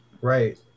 right